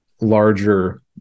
larger